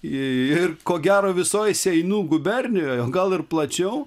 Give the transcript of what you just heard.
ir ko gero visoj seinų gubernijoj o gal ir plačiau